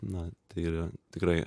na tai ir yra tikrai